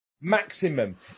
Maximum